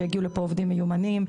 שיגיעו לפה עובדים מיומנים.